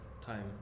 time